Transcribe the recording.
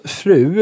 fru